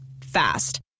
Fast